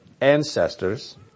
ancestors